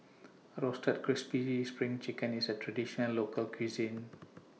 Roasted Crispy SPRING Chicken IS A Traditional Local Cuisine